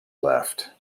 left